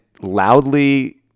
loudly